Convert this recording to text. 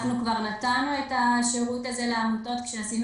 אנחנו כבר נתנו את השירות הזה לעמותות כשעשינו